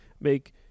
make